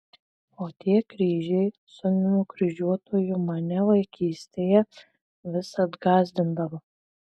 o tie kryžiai su nukryžiuotuoju mane vaikystėje visad gąsdindavo